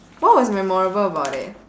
what was memorable about it